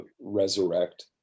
resurrect